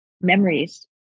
memories